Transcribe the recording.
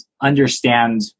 understand